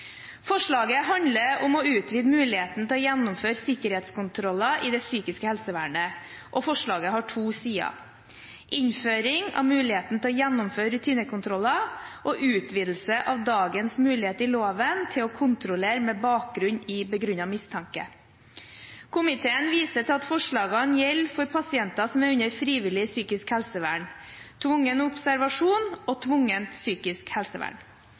Forslaget handler om å utvide muligheten til å gjennomføre sikkerhetskontroller i det psykiske helsevernet, og forslaget har to sider: innføring av muligheten til å gjennomføre rutinekontroller og utvidelse av dagens mulighet i loven til å kontrollere med bakgrunn i begrunnet mistanke. Komiteen viser til at forslagene gjelder for pasienter som er under frivillig psykisk helsevern, tvungen observasjon og tvungent psykisk helsevern.